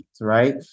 Right